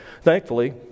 Thankfully